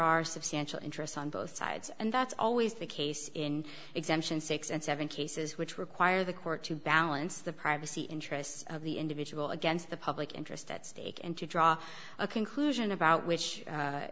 are substantial interest on both sides and that's always the case in exemptions six dollars and seven dollars cases which require the court to balance the privacy interests of the individual against the public interest at stake and to draw a conclusion about which